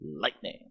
Lightning